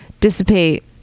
dissipate